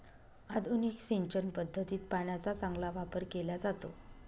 आधुनिक सिंचन पद्धतीत पाण्याचा चांगला वापर केला जातो